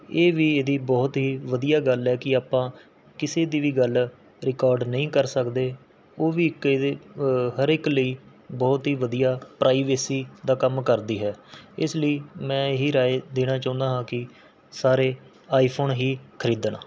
ਇਹ ਵੀ ਇਹਦੀ ਬਹੁਤ ਹੀ ਵਧੀਆ ਗੱਲ ਹੈ ਕਿ ਆਪਾਂ ਕਿਸੇ ਦੀ ਵੀ ਗੱਲ ਰਿਕੋਡ ਨਹੀਂ ਕਰ ਸਕਦੇ ਉਹ ਵੀ ਇੱਕ ਇਹਦੇ ਹਰ ਇੱਕ ਲਈ ਬਹੁਤ ਹੀ ਵਧੀਆ ਪ੍ਰਾਈਵੇਸੀ ਦਾ ਕੰਮ ਕਰਦੀ ਹੈ ਇਸ ਲਈ ਮੈਂ ਇਹੀ ਰਾਇ ਦੇਣਾ ਚਾਹੁੰਦਾ ਹਾਂ ਕਿ ਸਾਰੇ ਆਈ ਫ਼ੋਨ ਹੀ ਖਰੀਦਣ